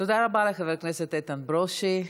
תודה רבה לחבר הכנסת איתן ברושי.